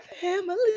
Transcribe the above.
family